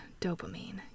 Dopamine